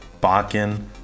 Bakken